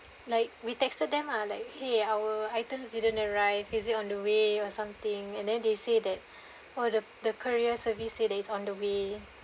like we texted them ah like !hey! our items didn't arrive is it on the way or something and then they say that oh the the courier service says that it's on the way